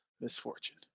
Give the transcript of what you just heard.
Misfortune